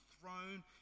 throne